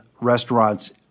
restaurants